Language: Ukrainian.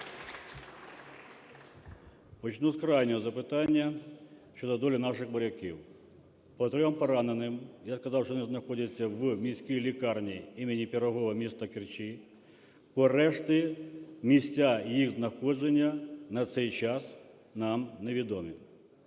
Почну з крайнього запитання: щодо долі наших моряків. По трьом пораненим – я сказав, що вони знаходяться в міській лікарні імені Пирогова міста Керчі, по решті місця їх знаходження на цей час нам невідомі.